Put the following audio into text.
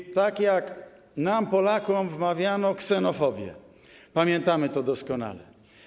I tak jak nam, Polakom, wmawiano ksenofobię, pamiętamy to doskonale.